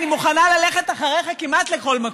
אני מוכנה ללכת אחריך כמעט לכל מקום.